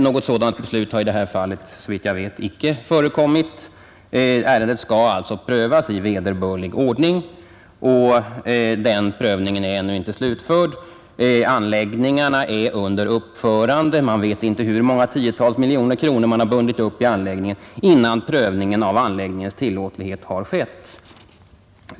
Något sådant beslut har i det här fallet, såvitt jag vet, icke förekommit. Ärendet skall alltså prövas i vederbörlig ordning, och den prövningen är ännu inte slutförd. Anläggningen är under uppförande. Det är inte känt hur många tiotals miljoner kronor som har bundits upp i anläggningen innan prövningen av dess tillåtlighet har skett.